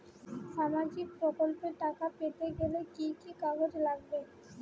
সামাজিক প্রকল্পর টাকা পেতে গেলে কি কি কাগজ লাগবে?